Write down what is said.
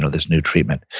ah this new treatment.